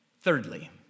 thirdly